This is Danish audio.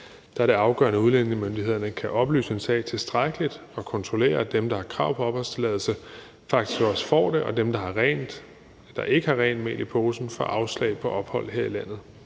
afgørende, at udlændingemyndighederne kan oplyse en sag tilstrækkeligt og kontrollere, at dem, der har krav på opholdstilladelse, faktisk også får det, og at dem, der ikke har rent mel i posen, får afslag på ophold her i landet.